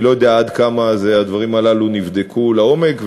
אני לא יודע עד כמה הדברים הללו נבדקו לעומק,